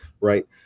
right